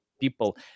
people